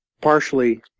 partially